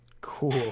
Cool